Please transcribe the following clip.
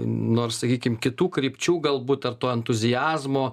nors sakykim kitų krypčių galbūt ar to entuziazmo